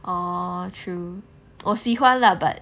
orh true 我喜欢 lah but